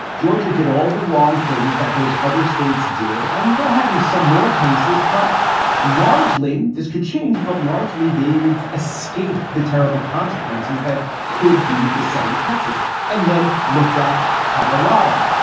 georgia did all the wrong things that those other states did, and they're having some more cases. but largely this could change. but largely they've escaped the terrible consequences that could be besetting texas and then looked at colorado.